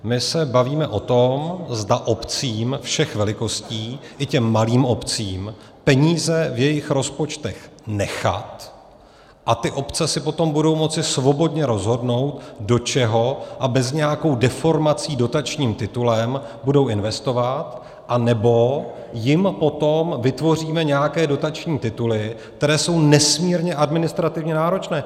My se bavíme o tom, zda obcím všech velikostí, i těm malým obcím, peníze v jejich rozpočtech nechat, a ty obce si potom budou moci svobodně rozhodnout, do čeho a bez nějakou deformací dotačním titulem budou investovat, anebo jim potom vytvoříme nějaké dotační tituly, které jsou nesmírně administrativně náročné.